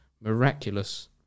miraculous